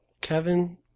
Kevin